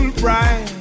bright